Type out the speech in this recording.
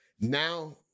Now